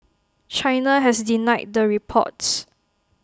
China has denied the reports